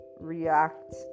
react